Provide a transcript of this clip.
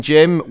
Jim